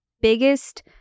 biggest